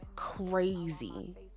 crazy